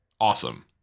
awesome